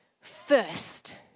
first